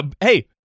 Hey